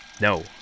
No